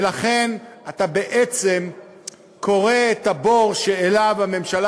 ולכן אתה בעצם כורה את הבור שאליו הממשלה